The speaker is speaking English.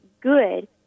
Good